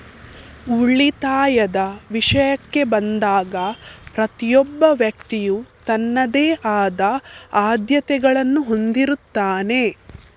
ಉಳಿತಾಯದ ವಿಷಯಕ್ಕೆ ಬಂದಾಗ ಪ್ರತಿಯೊಬ್ಬ ವ್ಯಕ್ತಿಯು ತನ್ನದೇ ಆದ ಆದ್ಯತೆಗಳನ್ನು ಹೊಂದಿರುತ್ತಾನೆ